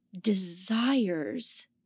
desires